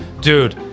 dude